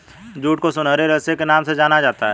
jute को सुनहरे रेशे के नाम से जाना जाता है